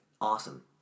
awesome